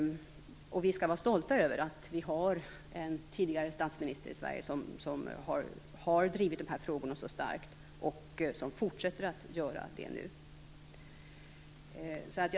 Vi skall vara stolta över att vi har en tidigare statsminister i Sverige som har drivit de här frågorna så starkt och som nu fortsätter att göra det.